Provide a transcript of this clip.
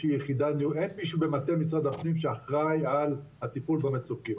אין מישהו במטה משרד הפנים שאחראי על הטיפול במצוקים,